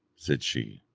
said she,